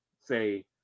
say